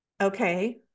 okay